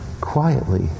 quietly